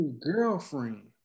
girlfriend